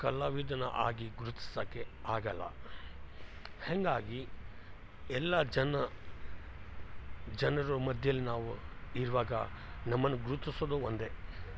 ಕಲಾವಿದನಾಗಿ ಗುರ್ತಿಸೊಕ್ಕೆ ಆಗೊಲ್ಲ ಹಂಗಾಗಿ ಎಲ್ಲ ಜನ ಜನರು ಮಧ್ಯಲ್ಲಿ ನಾವು ಇರುವಾಗ ನಮ್ಮನ್ನ ಗುರುತಿಸೋದು ಒಂದೇ